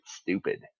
stupid